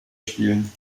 spielen